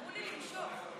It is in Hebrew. למשוך?